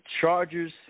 Chargers